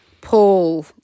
Paul